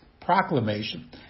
Proclamation